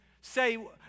say